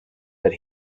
that